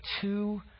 two